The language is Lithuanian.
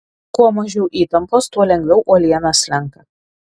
kuo mažiau įtampos tuo lengviau uoliena slenka